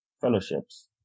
fellowships